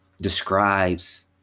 describes